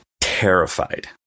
terrified